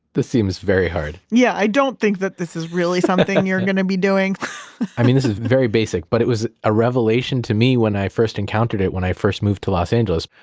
seems very hard yeah, i don't think that this is really something you're going to be doing i mean this is very basic, but it was a revelation to me when i first encountered it when i first moved to los angeles.